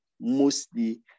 mostly